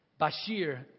Bashir